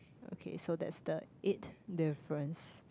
okay so that's the eighth difference